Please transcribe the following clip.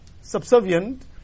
subservient